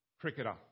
cricketer